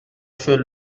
fait